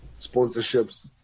sponsorships